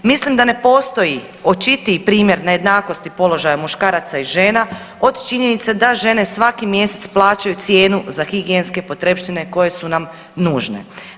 Mislim da ne postoji očitiji primjer nejednakosti položaja muškaraca i žena od činjenice da žene svaki mjesec plaćaju cijenu za higijenske potrepštine koje su nam nužne.